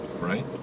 Right